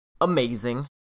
amazing